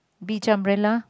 beach umbrella